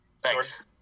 Thanks